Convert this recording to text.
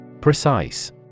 Precise